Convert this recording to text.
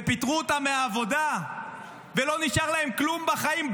ופיטרו אותם מהעבודה ולא נשאר להם כלום בחיים,